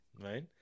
right